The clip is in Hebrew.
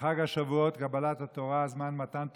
בחג השבועות, קבלת התורה, זמן מתן תורתנו.